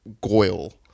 Goyle